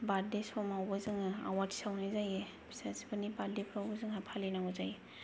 बार्डे समावबो जोंङो आवाथि सावनाय जायो फिजाजोफोरनि बार्डेफ्राव जोंहा फालिनांगौ जायो